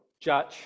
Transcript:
judge